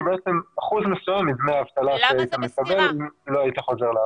בעצם אחוז מסוים מדמי האבטלה שהיית מקבל אם לא היית חוזר לעבודה.